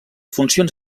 funcions